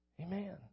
Amen